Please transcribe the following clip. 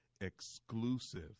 exclusive